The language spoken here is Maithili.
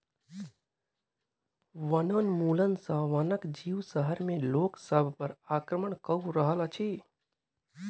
वनोन्मूलन सॅ वनक जीव शहर में लोक सभ पर आक्रमण कअ रहल अछि